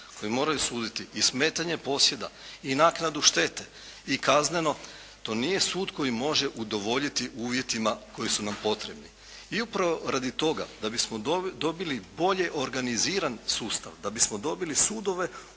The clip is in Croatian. koji moraju suditi i smetanje posjeda i naknadu štete i kazneno. To nije sud koji može udovoljiti uvjetima koji su nam potrebni. I upravo radi toga da bismo dobili bolje organiziran sustav, da bismo dobili sudove u okviru